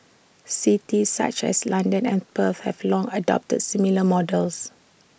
cities such as London and Perth have long adopted similar models